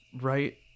right